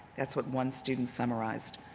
that's what one student summarized.